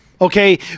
okay